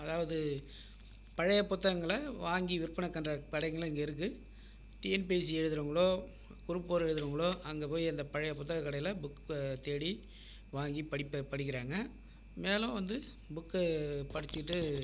அதாவது பழைய புத்தகங்களை வாங்கி விற்பனை பண்ணுற கடைகளும் இங்கே இருக்கு டிஎன்பிஎஸ்சி எழுதுறவங்களோ குரூப் ஃபோர் எழுதுறவங்களோ அங்கே போய் அந்த பழைய புத்தகம் கடையில் புக்கை தேடி வாங்கிப் படிப்பை படிக்கிறாங்க மேலும் வந்து புக்கை படிச்சிவிட்டு